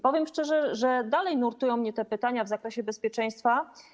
Powiem szczerze, że dalej nurtują mnie te pytania w zakresie bezpieczeństwa.